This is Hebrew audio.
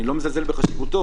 אני לא מזלזל בחשיבותו,